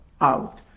out